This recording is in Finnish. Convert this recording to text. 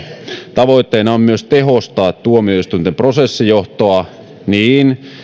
tavoitteena on myös tehostaa tuomioistuinten prosessijohtoa niin